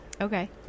Okay